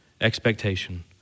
expectation